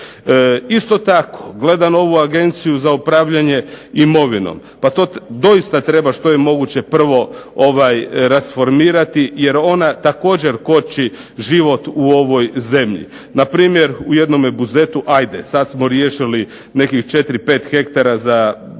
Isto tako, gledam ovu Agenciju za upravljanje imovinom. Pa to doista treba što je moguće prvo rasformirati jer ona također koči život u ovoj zemlji. Na primjer u jednome Buzetu hajde sad smo riješili nekih četiri, pet hektara za buduću